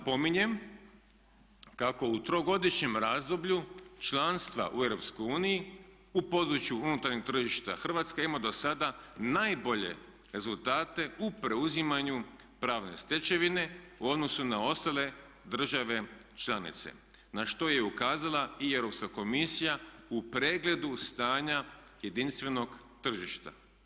Napominjem kako u trogodišnjem razdoblju članstva u Europskoj uniji u području unutarnjeg tržišta Hrvatska ima do sada najbolje rezultate u preuzimanju pravne stečevine u odnosu na ostale države članice na što je i ukazala i Europska komisija u pregledu stanja jedinstvenog tržišta.